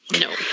No